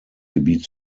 gebiet